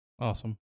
Awesome